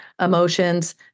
emotions